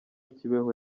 kibeho